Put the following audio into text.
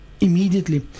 immediately